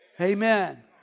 Amen